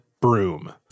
broom